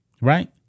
right